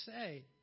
say